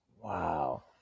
Wow